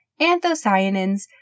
anthocyanins